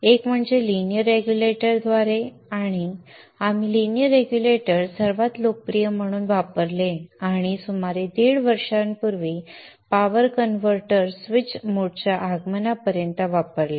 एक म्हणजे linear regulator द्वारे आम्ही लिनियर रेग्युलेटर सर्वात लोकप्रिय म्हणून वापरले आणि सुमारे दीड दशकांपूर्वी पॉवर कन्व्हर्टर्स स्विच मोडच्या आगमनापर्यंत वापरले